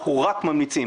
אנחנו רק ממליצים.